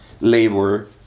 labor